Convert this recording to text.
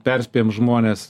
perspėjam žmones